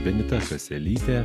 benita kaselytė